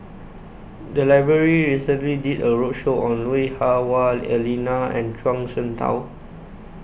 The Library recently did A roadshow on Lui Hah Wah Elena and Zhuang Shengtao